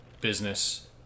business